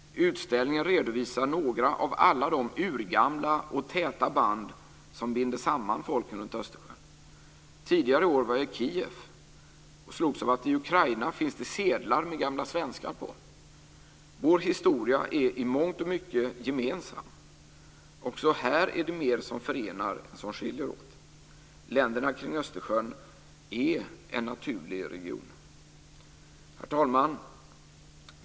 Utställningen redovisar några av alla de urgamla och täta band som binder samman folken runt Östersjön. Tidigare i år var jag i Kijev. Jag slogs av att det i Ukraina finns sedlar med gamla svenskar på. Vår historia är i mångt och mycket gemensam. Också här är det mer som förenar än som skiljer åt. Länderna kring Östersjön är en naturlig region. Herr talman!